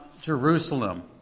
Jerusalem